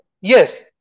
yes